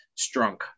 strunk